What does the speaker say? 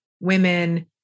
women